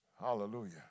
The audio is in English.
hallelujah